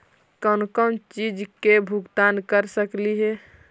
कौन कौन चिज के भुगतान कर सकली हे?